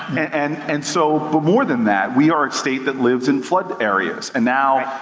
and and so, but more than that, we are a state that lives in flood areas. and now,